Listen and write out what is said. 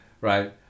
right